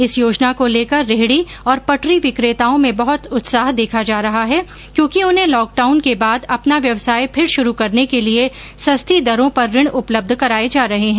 इस योजना को लेकर रेहडी और पटरी विक्रेताओं में बहुत उत्साह देखा जा रहा है क्योंकि उन्हें लॉकडाउन के बाद अपना व्यवसाय फिर शुरू करने के लिए सस्ती देरों पर ऋण उपलब्ध कराए जा रहे हैं